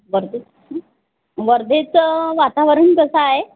वर्धेत वर्धेचं वातावरण कसं आहे